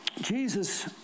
Jesus